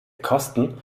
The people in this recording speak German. kosten